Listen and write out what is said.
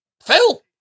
Phil